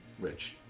which